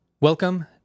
Welcome